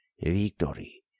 Victory